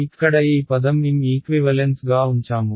ఇక్కడ ఈ పదం M ఈక్వివలెన్స్ గా ఉంచాము